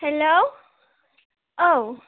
hello औ